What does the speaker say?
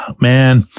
man